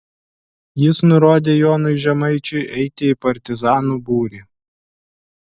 jis nurodė jonui žemaičiui eiti į partizanų būrį